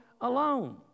alone